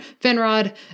Finrod